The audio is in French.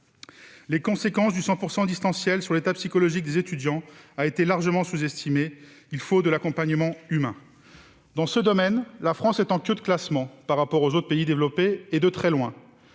Les conséquences du 100 % distanciel sur l'état psychologique des étudiants ont été largement sous-estimées. Il faut de l'accompagnement humain. Or, dans ce domaine, la France est en queue de classement par rapport aux autres pays développés, et de très loin